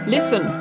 Listen